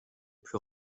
plus